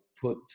put